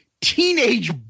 teenage